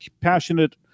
passionate